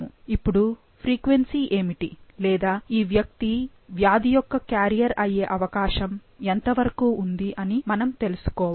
ఇప్పుడు ఫ్రీక్వెన్సీ ఏమిటి లేదా ఈవ్యక్తి వ్యాధి యొక్క క్యారియర్ అయ్యే అవకాశం ఎంతవరకు ఉంది అని మనము తెలుసుకోవాలి